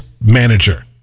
Manager